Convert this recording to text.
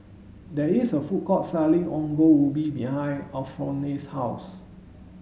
there is a food court selling ongol ubi behind Alphonse's house